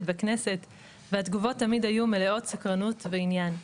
בכנסת והתגובות תמיד היו מלאות סקרנות ועניין.